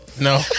No